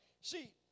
see